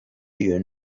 you